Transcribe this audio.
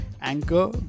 Anchor